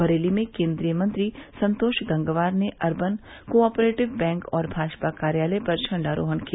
बरेली में केन्द्रीय मंत्री संतोष गंगवार ने अर्बन कोआपरेटिव बैंक और भाजपा कार्यालय पर झंडारोहण किया